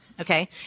Okay